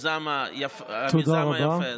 המיזם היפה הזה.